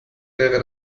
wäre